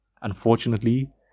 unfortunately